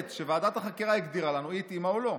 שוועדת החקירה הגדירה לנו התאימה או לא.